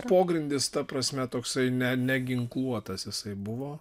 pogrindis ta prasme toksai ne neginkluotas jisai buvo